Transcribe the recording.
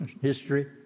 history